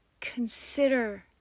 consider